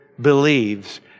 believes